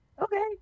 Okay